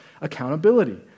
accountability